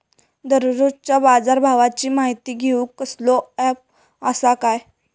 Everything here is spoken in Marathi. दररोजच्या बाजारभावाची माहिती घेऊक कसलो अँप आसा काय?